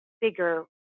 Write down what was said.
bigger